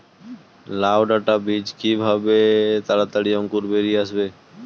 লাউ ডাটা বীজ কিভাবে তাড়াতাড়ি অঙ্কুর বেরিয়ে আসবে?